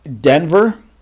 Denver